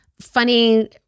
funny